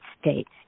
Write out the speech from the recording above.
States